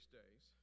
days